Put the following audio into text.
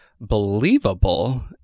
believable